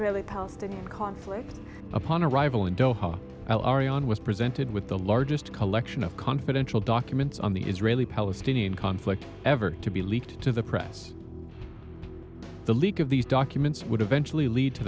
israeli palestinian conflict upon arrival in doha i already on was presented with the largest collection of confidential documents on the israeli palestinian conflict ever to be leaked to the press the leak of these documents would eventually lead to